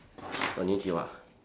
konnichiwa